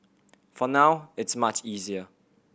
for now it's much easier